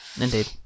Indeed